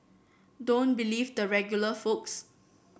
don't believe the regular folks